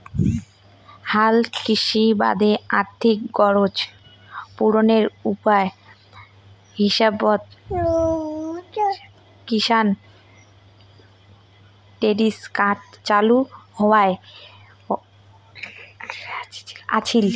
হালকৃষির বাদে আর্থিক গরোজ পূরণের উপায় হিসাবত কিষাণ ক্রেডিট কার্ড চালু হয়া আছিল